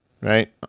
right